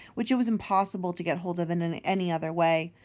which it was impossible to get hold of in and any other way.